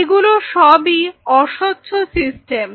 এগুলো সবই অস্বচ্ছ সিস্টেম